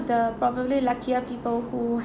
the probably luckier people who